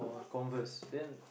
Converse then